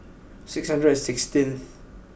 six hundred and sixteenth